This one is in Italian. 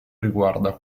riguarda